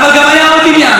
אבל גם היה עוד עניין,